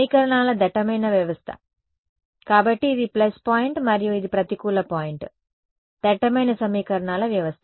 సమీకరణాల దట్టమైన వ్యవస్థ కాబట్టి ఇది ప్లస్ పాయింట్ మరియు ఇది ప్రతికూల పాయింట్ దట్టమైన సమీకరణాల వ్యవస్థ